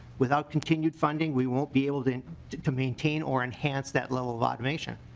without continued funding we won't be able to to maintain or enhance that level of automation.